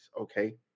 okay